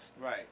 Right